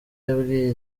yabwiye